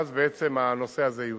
ואז בעצם הנושא הזה יוסדר.